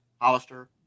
Hollister